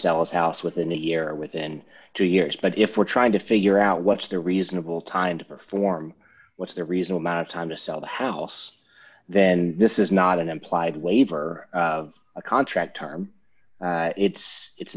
sell a house within a year within two years but if we're trying to figure out what's the reasonable time to perform what's the reason i'm out of time to sell the house then this is not an implied waiver of a contract term it's it's